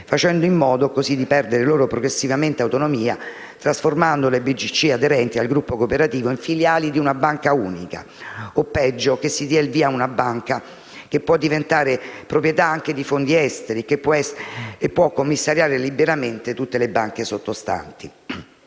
facendo in tal modo perdere loro progressivamente autonomia trasformando le BCC aderenti al gruppo cooperativo in filiali di una banca unica o, peggio, dando il via ad una banca che può diventare proprietà anche di fondi esteri e che può commissariare liberamente tutte le banche sottostanti.